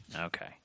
Okay